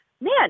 man